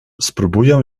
spróbuję